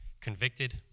convicted